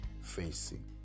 facing